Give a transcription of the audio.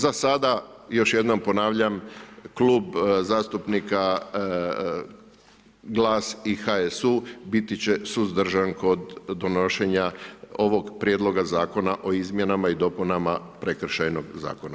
Za sada, još jednom ponavljam, Klub zastupnika GLAS i HSU biti će suzdržan kod donošenja ovog Prijedloga Zakona o izmjenama i dopunama Prekršajnog zakona.